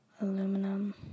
Aluminum